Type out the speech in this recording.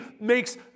makes